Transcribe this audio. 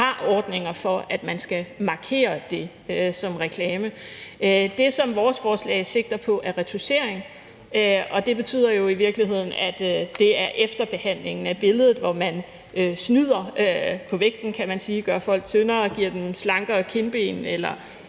har ordninger for, at man skal markere det som reklame. Det, som vores forslag sigter på, er retouchering, og det betyder jo i virkeligheden, at det er efterbehandlingen af billedet, hvor man snyder på vægten, kan man sige, og gør folk tyndere, giver dem slankere kindben,